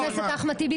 חבר הכנסת אחמד טיבי,